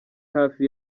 hafi